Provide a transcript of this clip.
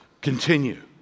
continue